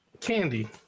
Candy